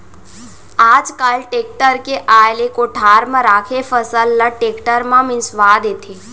आज काल टेक्टर के आए ले कोठार म राखे फसल ल टेक्टर म मिंसवा देथे